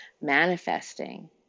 manifesting